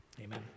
amen